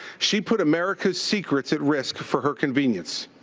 she put america's secrets at risk for her convenience.